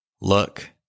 Look